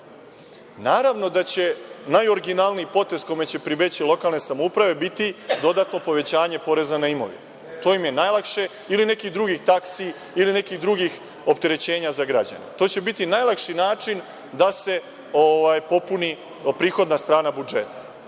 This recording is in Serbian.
Naravno da će najoriginalniji potez kome će pribeći lokalne samouprave biti dodatno povećanje poreza na imovinu, to im je najlakše, ili nekih drugih taksi ili nekih drugih opterećenja za građane. To će biti najlakši način da se popuni prihodna strana budžeta.